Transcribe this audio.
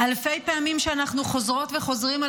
אלפי פעמים אנחנו חוזרות וחוזרים על